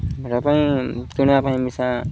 ପାଇଁ କିଣିବା ପାଇଁ ମିଶା